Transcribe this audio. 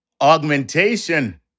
augmentation